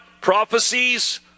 prophecies